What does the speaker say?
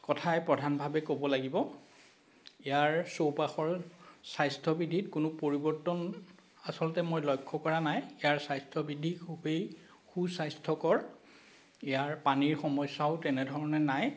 কথাই প্ৰধানভাৱে ক'ব লাগিব ইয়াৰ চৌপাশৰ স্বাস্থ্য বিধিত কোনো পৰিৱৰ্তন আচলতে মই লক্ষ্য কৰা নাই ইয়াৰ স্বাস্থ্য বিধি খুবেই সু স্বাস্থ্যকৰ ইয়াৰ পানীৰ সমস্যাও তেনেধৰণে নাই